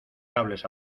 cables